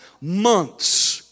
months